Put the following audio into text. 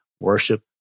worship